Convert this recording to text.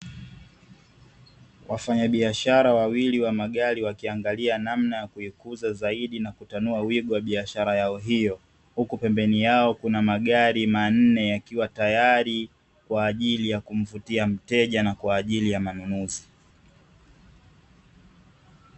Wafanyabiashara wawili wa magari, wakiangalia namna ya kuikuza zaidi na kupanua wigo wa biashara yao hiyo, huku pembeni yao kuna magari manne, yakiwa tayari kwa ajili ya kumvutia mteja na kwa ajili ya manunuzi.